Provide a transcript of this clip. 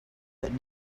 that